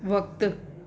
वक़्ति